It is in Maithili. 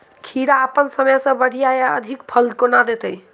खीरा अप्पन समय सँ बढ़िया आ अधिक फल केना देत?